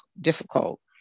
difficult